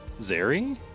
Zeri